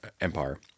empire